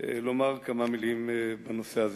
לומר כמה מלים בנושא.